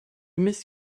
miss